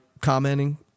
commenting